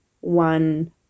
one